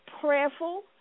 prayerful